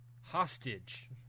hostage